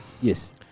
Yes